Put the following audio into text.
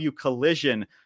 Collision